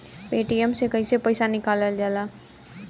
Paytm से कैसे पैसा निकलल जाला?